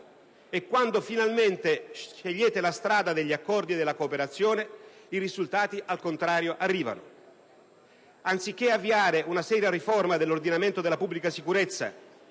Quando finalmente scegliete la strada degli accordi e della cooperazione i risultati, al contrario, arrivano. Anziché avviare una seria riforma dell'ordinamento della pubblica sicurezza